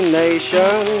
nation